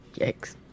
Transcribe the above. yikes